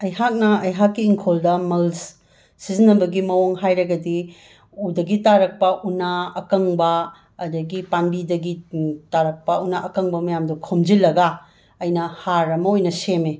ꯑꯩꯍꯥꯛꯅ ꯑꯩꯍꯥꯛꯀꯤ ꯏꯪꯈꯣꯜꯗ ꯃꯜꯁ ꯁꯤꯖꯤꯟꯅꯕꯒꯤ ꯃꯑꯣꯡ ꯍꯥꯏꯔꯒꯗꯤ ꯎꯗꯒꯤ ꯇꯥꯔꯛꯄ ꯎꯅꯥ ꯑꯀꯪꯕ ꯑꯗꯒꯤ ꯄꯥꯝꯕꯤꯗꯒꯤ ꯇꯥꯔꯛꯄ ꯎꯅꯥ ꯑꯀꯪꯕ ꯃꯌꯥꯝꯗꯣ ꯈꯣꯝꯖꯤꯜꯂꯒ ꯑꯩꯅ ꯍꯥꯔ ꯑꯃ ꯑꯣꯏꯅ ꯁꯦꯝꯃꯦ